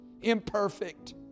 imperfect